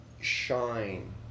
shine